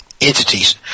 entities